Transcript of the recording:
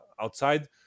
outside